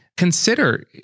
consider